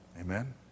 Amen